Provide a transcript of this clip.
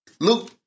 Luke